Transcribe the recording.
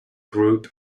group